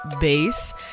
bass